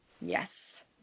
yes